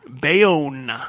Bayonne